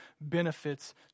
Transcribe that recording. benefits